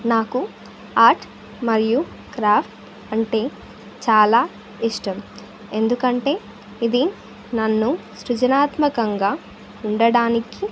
నాకు ఆర్ట్ మరియు క్రాఫ్ట్ అంటే చాలా ఇష్టం ఎందుకంటే ఇది నన్ను సృజనాత్మకంగా ఉండడానికి